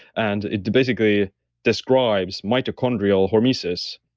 and it basically describes mitochondrial hormesis.